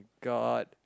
god